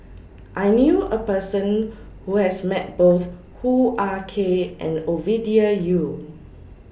I knew A Person Who has Met Both Hoo Ah Kay and Ovidia Yu